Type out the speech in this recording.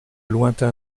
lointain